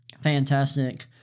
fantastic